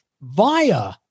via